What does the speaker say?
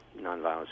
nonviolence